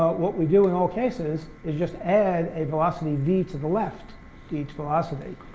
what we do in all cases is just add a velocity, v, to the left to each velocity,